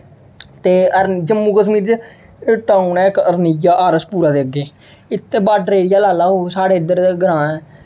ते जम्मू कश्मीर च इक टाऊन ऐ अरनिया आर एस पुरा दे अग्गें इत्थें बॉर्डर एरिया लाई लैओ साढ़े इद्धर ग्रांऽ ऐ